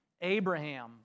Abraham